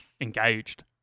engaged